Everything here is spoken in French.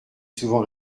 souvent